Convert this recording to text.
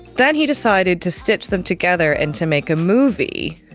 then he decided to stitch them together and to make a movie,